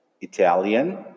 Italian